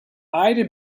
either